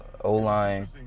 O-line